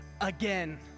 again